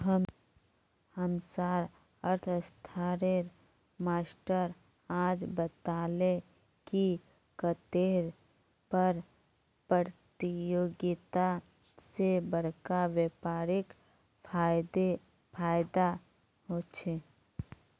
हम्चार अर्थ्शाश्त्रेर मास्टर आज बताले की कन्नेह कर परतियोगिता से बड़का व्यापारीक फायेदा होचे